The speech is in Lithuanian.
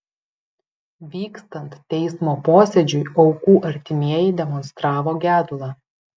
vykstant teismo posėdžiui aukų artimieji demonstravo gedulą